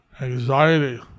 anxiety